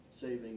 saving